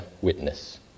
witness